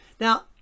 Now